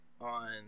on